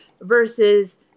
versus